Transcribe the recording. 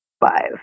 five